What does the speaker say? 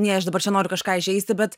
nei aš dabar čia noriu kažką įžeisti bet